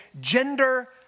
gender